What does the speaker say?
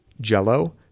jello